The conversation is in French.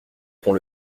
pont